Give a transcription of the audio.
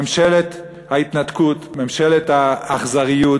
ממשלת ההתנתקות, ממשלת האכזריות,